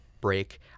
break